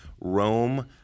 Rome